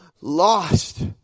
lost